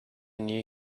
knew